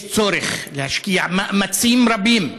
יש צורך להשקיע מאמצים רבים,